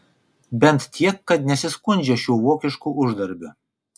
bent tiek kad nesiskundžia šiuo vokišku uždarbiu